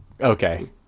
Okay